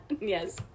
Yes